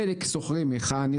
חלק מחנ"י,